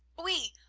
oui,